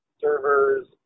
servers